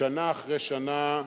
שנה אחרי שנה,